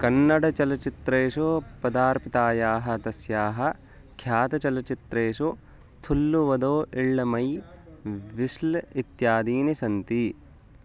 कन्नडचलच्चित्रेषु पदार्पितायाः तस्याः ख्यातचलच्चित्रेषु थुल्लु वदौ इळ्ळमै विस्ल इत्यादीनि सन्ति